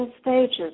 stages